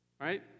Right